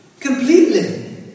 Completely